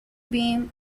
beam